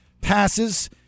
passes